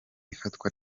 ifatwa